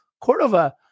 Cordova